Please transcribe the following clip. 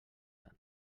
tant